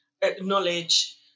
acknowledge